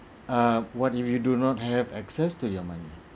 err what if you do not have access to your money